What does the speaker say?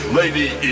lady